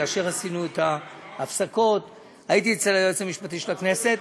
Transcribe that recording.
כאשר עשינו את ההפסקות הייתי אצל היועץ המשפטי של הכנסת,